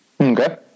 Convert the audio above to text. Okay